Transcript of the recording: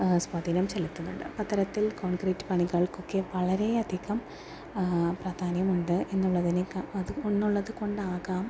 സ്വാധീനം ചെലുത്തുന്നുണ്ട് അത്തരത്തിൽ കോൺക്രിറ്റ് പണികൾക്കൊക്കെ വളരെയധികം പ്രാധാന്യം ഉണ്ട് എന്നുള്ളതിനേക്കാൾ അത് എന്നുള്ളത് കൊണ്ടാകാം